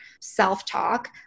self-talk